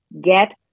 get